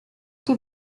die